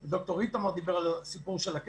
ד"ר איתמר, דיבר פה על סיפור הכסף,